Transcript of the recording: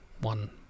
one